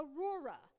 aurora